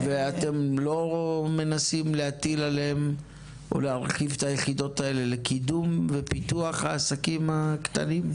אתם לא מנסים להרחיב את היחידות האלה לקידום ופיתוח העסקים הקטנים?